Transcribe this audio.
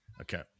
Okay